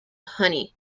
honey